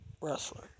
wrestler